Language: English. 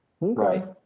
right